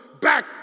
back